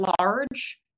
large